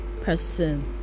person